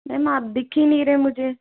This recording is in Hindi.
मैम आप दिख ही नहीं रहे मुझे